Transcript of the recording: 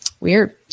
Weird